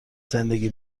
زندگی